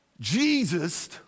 Jesus